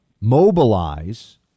mobilize